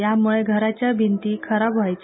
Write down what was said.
यामुळे घराच्या भींती खराब व्हायच्या